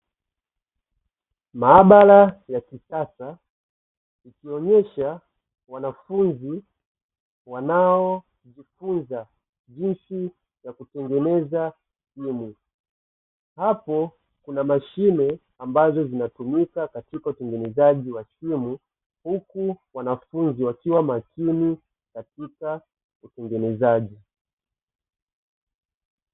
Maabara ya kisasa ikionyesha wanafunzi wanaojifunza jinsi ya kutengeneza simu ,hapo kuna mashimo ambazo zinatumika katika shughuli zangu wa timu huku wanafunzi wakiwa makini katika utengenezaji.